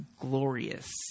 glorious